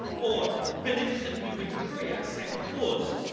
or beneficent mid winter courier santa claus.